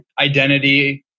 identity